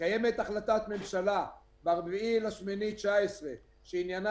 קיימת החלטת ממשלה מ-4 באוגוסט 2019 שעניינה